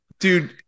Dude